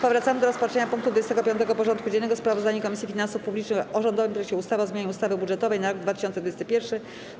Powracamy do rozpatrzenia punktu 25. porządku dziennego: Sprawozdanie Komisji Finansów Publicznych o rządowym projekcie ustawy o zmianie ustawy budżetowej na rok 2021.